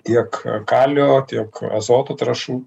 tiek kalio tiek azoto trąšų